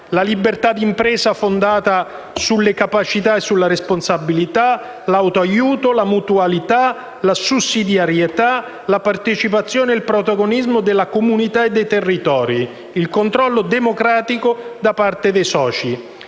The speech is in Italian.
la libertà d'impresa fondata sulle capacità e sulla responsabilità; l'autoaiuto; la mutualità; la sussidiarietà; la partecipazione e il protagonismo delle comunità e dei territori; il controllo democratico da parte dei soci.